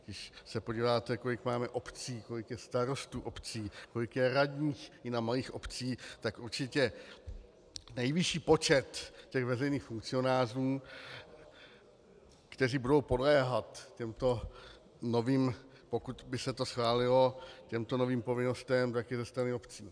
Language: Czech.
Když se podíváte, kolik máme obcí, kolik je starostů obcí, kolik je radních i na malých obcích, tak určitě nejvyšší počet těch veřejných funkcionářů, kteří budou podléhat těmto novým, pokud by se to schválilo, povinnostem, tak je ze strany obcí.